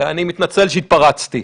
אני מתנצל שהתפרצתי.